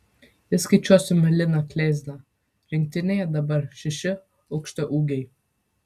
jei skaičiuosime liną kleizą rinktinėje dabar šeši aukštaūgiai